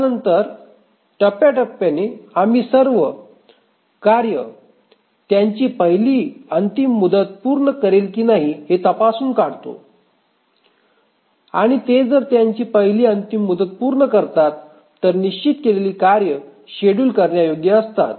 त्यानंतर टप्प्याटप्प्याने आम्ही सर्व कार्ये त्यांची पहिली अंतिम मुदत पूर्ण करेल की नाही हे तपासून काढतो आणि ते जर त्यांची पहिली अंतिम मुदत पूर्ण करतात तर निश्चित केलेली कार्ये शेड्यूल करण्यायोग्य असतात